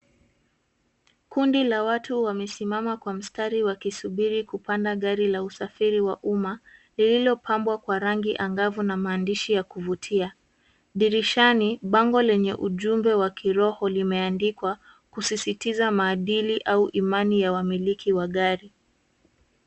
Kundi la watu wamesimama kwa mistari wakisubiri kupanda gari la usafiri wa umma lililopambwa kwa rangi angavu na maandishi ya kuvutia. Dirishani bango lenye ujumbe wa kiroho limeandikwa, kusisitiza maadili au imani ya wamiliki wa gari.